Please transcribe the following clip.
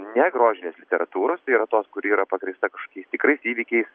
ne grožinės literatūros tai yra tos kuri yra pagrįsta kažkokiais tikrais įvykiais